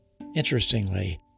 interestingly